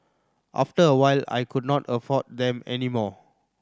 after a while I could not afford them any more